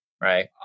Right